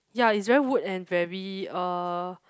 ya it's very wood and very uh